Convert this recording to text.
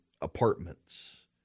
apartments